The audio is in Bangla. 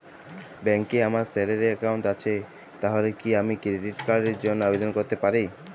ব্যাংকে আমার স্যালারি অ্যাকাউন্ট আছে তাহলে কি আমি ক্রেডিট কার্ড র জন্য আবেদন করতে পারি?